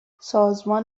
سازمان